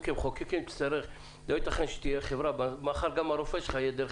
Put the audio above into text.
מחר גם הרופא שלך יהיה דרך